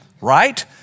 right